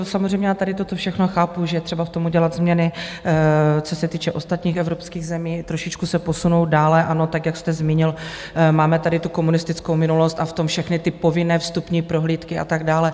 Samozřejmě tady toto všechno chápu, že je třeba v tom udělat změny, co se týče ostatních evropských zemí, trošičku se posunout dále, ano, tak jak jste zmínil, máme tady tu komunistickou minulost a v tom všechny ty povinné vstupní prohlídky a tak dále.